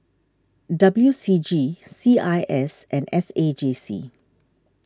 W C G C I S and S A J C